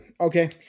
Okay